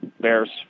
Bears